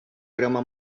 grama